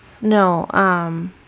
No